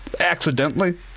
accidentally